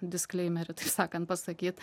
diskleimerį taip sakant pasakyt